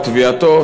או תביעתו,